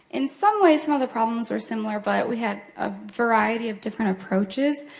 in some ways, some of the problems were similar, but we had a variety of different approaches.